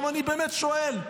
אני באמת שואל: